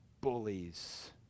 bullies